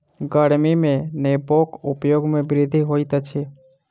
गर्मी में नेबोक उपयोग में वृद्धि होइत अछि